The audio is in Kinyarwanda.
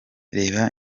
reba